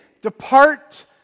depart